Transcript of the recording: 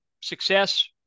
success